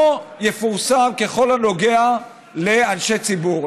לא יפורסם ככל הנוגע לאנשי ציבור.